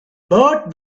bert